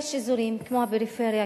יש אזורים כמו הפריפריה,